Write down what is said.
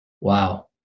Wow